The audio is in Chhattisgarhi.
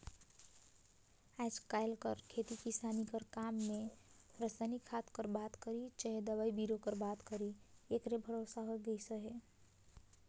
आएज काएल कर खेती किसानी कर काम में रसइनिक खाद कर बात करी चहे दवई बीरो कर बात करी एकरे भरोसे होए गइस अहे